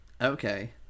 Okay